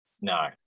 No